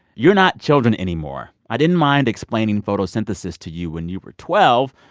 you're not children anymore. i didn't mind explaining photosynthesis to you when you were twelve.